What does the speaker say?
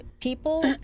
People